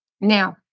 Now